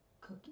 cookie